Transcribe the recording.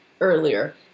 earlier